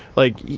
like,